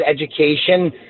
education